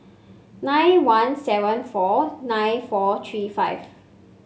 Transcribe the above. nine one seven four nine four three five